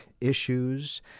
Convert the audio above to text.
issues